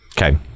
Okay